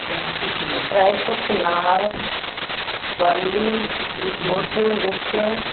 traffic ਨਾਲ Bollywood ਵਿੱਚ